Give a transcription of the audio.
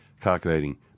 calculating